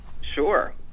Sure